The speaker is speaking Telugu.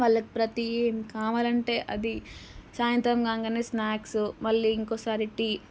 వాళ్ళకి ప్రతీ కావాలంటే అదీ సాయంత్రం కాగానే స్న్యాక్స్ మళ్ళీ ఇంకోసారి టీ